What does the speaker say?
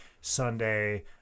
Sunday